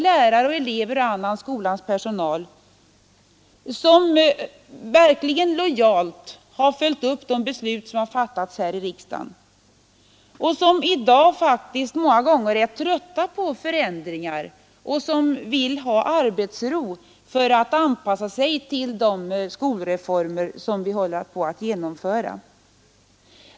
Lärare, elever och annan skolans personal, som verkligen lojalt följt upp de beslut som fattats här i riksdagen, är i dag många gånger trötta på förändringar och vill ha arbetsro för att anpassa sig till de skolreformer som håller på att genomföras.